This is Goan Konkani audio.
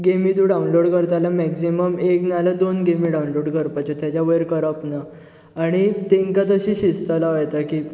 गेमी त्यो डावनलोड करता जाल्यार मॅगझीमम एक नाल्यार दोन गेमी डावनलोड करपाच्यो ताज्या वयर करप ना आनी तेंका तशी शिस्त लावं येता की